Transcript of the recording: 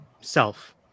self